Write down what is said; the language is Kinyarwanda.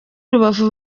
rubavu